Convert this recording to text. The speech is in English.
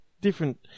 different